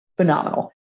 Phenomenal